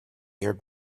your